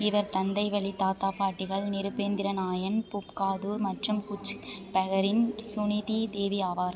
இவர் தந்தைவழி தாத்தா பாட்டிகள் நிருபேந்திர நாயண் பூப் கதூர் மற்றும் கூச் பஹரின் சுனிதி தேவி ஆவார்